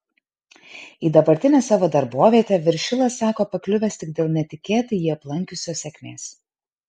į dabartinę savo darbovietę viršilas sako pakliuvęs tik dėl netikėtai jį aplankiusios sėkmės